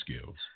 skills